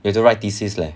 you have to write thesis leh